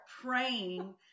praying